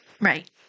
Right